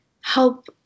help